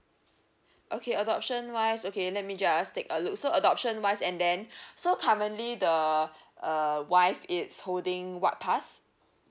okay adoption wise okay let me just take a look so adoption wise and then so commonly the uh wife it's holding what pass